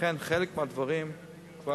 לכן, חלק מהדברים כבר